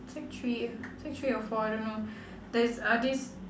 sec three uh sec three or four I don't know there uh this